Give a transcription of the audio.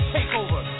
Takeover